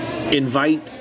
invite